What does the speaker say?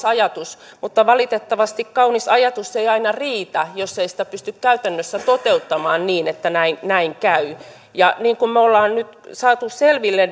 ajatus mutta valitettavasti kaunis ajatus ei aina riitä jos ei sitä pysty käytännössä toteuttamaan niin että näin näin käy niin kuin me olemme nyt saaneet selville